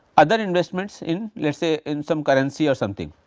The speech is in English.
other investments in let us say in some currency or something.